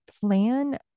plan